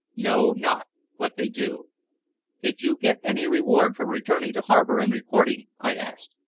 know not what they do. did you get any reward for returning to harbor and reporting? i asked.